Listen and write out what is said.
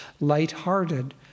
light-hearted